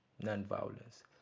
non-violence